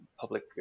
public